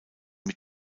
mit